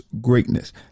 greatness